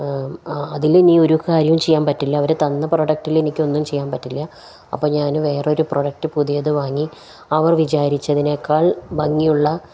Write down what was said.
അതിലിനി ഒരു കാര്യവും ചെയ്യാൻ പറ്റില്ല അവര് തന്ന പ്രോഡക്റ്റില് എനിക്കൊന്നും ചെയ്യാൻ പറ്റില്ല അപ്പോള് ഞാന് വേറൊരു പ്രോഡക്റ്റ് പുതിയതു വാങ്ങി അവർ വിചാരിച്ചതിനേക്കാൾ ഭംഗിയുള്ള